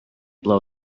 blow